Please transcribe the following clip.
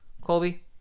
Colby